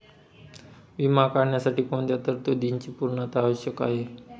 विमा काढण्यासाठी कोणत्या तरतूदींची पूर्णता आवश्यक आहे?